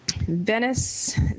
Venice